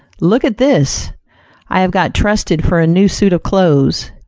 look at this i have got trusted for a new suit of clothes.